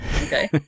Okay